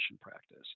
practice